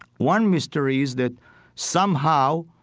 one mystery is that somehow,